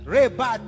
Reba